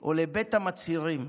או לבית המצהירים.